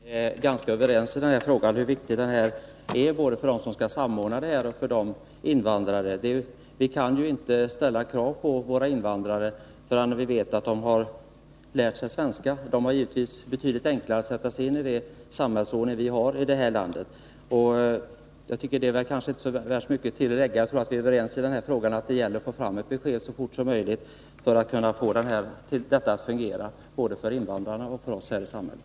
samhet Herr talman! Jag tror att vi är ganska överens om hur viktig denna fråga är både för dem som skall samordna och för invandrarna. Vi kan inte ställa krav på våra invandrare förrän vi vet att de har lärt sig svenska. Då blir det givetvis betydligt enklare för dem att sätta sig in i den samhällsordning vi har i detta land. Det finns inte så mycket mer att tillägga. Jag tror att vi är överens om att det gäller att få fram ett besked så fort som möjligt för att kunna få detta att fungera både för invandrarna och för oss här i samhället.